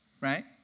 Right